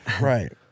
Right